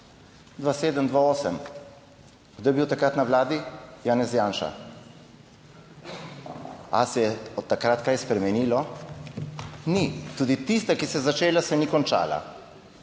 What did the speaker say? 2007, 2008. Kdo je bil takrat na Vladi? Janez Janša? Ali se je od takrat kaj spremenilo? Ni. Tudi tista, ki se je začela, se ni končala.